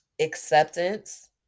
acceptance